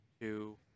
two